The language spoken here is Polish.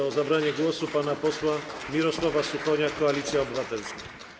Proszę o zabranie głosu pana posła Mirosława Suchonia, Koalicja Obywatelska.